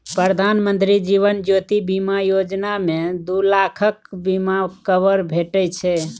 प्रधानमंत्री जीबन ज्योती बीमा योजना मे दु लाखक बीमा कबर भेटै छै